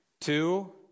Two